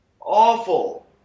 awful